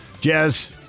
Jazz